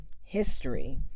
history